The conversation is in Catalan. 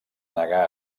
negà